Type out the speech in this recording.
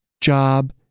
job